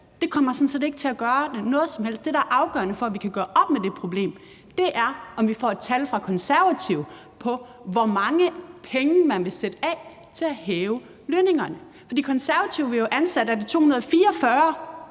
kommer sådan set ikke til at gøre noget som helst. Det, der er afgørende for, at vi kan gøre op med det problem, er, om vi får et tal fra Konservative på, hvor mange penge man vil sætte af til at hæve lønningerne. For Konservative vil jo ansætte, er det 244